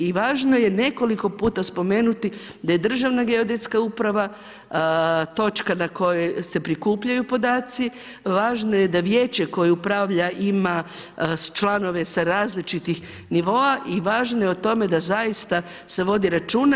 I važno je nekoliko puta spomenuti da je Državna geodetska uprava točka na kojoj se prikupljaju podaci, važno je da vijeće koje upravlja ima članove sa različitih nivoa i važno je o tome da zaista se vodi računa.